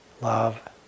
love